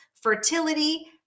fertility